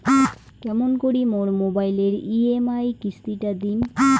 কেমন করি মোর মোবাইলের ই.এম.আই কিস্তি টা দিম?